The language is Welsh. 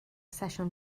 sesiwn